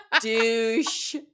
douche